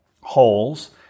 holes